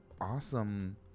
awesome